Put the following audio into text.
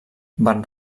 van